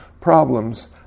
problems